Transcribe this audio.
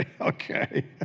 Okay